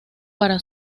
para